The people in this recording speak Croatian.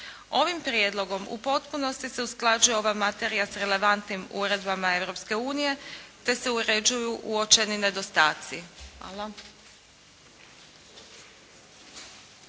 Ovim prijedlogom u potpunosti se usklađuje ova materija sa relevantnim uredbama Europske unije, te se uređuju uočeni nedostaci. Hvala.